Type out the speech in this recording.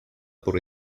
por